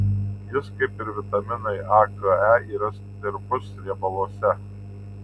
jis kaip ir vitaminai a k e yra tirpus riebaluose